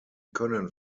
können